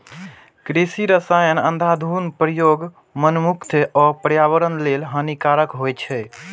कृषि रसायनक अंधाधुंध प्रयोग मनुक्ख आ पर्यावरण लेल हानिकारक होइ छै